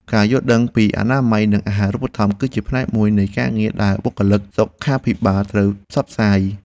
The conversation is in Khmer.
ការយល់ដឹងពីអនាម័យនិងអាហារូបត្ថម្ភ គឺជាផ្នែកមួយនៃការងារដែលបុគ្គលិកសុខាភិបាលត្រូវផ្សព្វផ្សាយ។